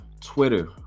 Twitter